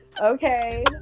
Okay